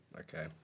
Okay